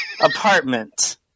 apartment